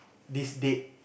this date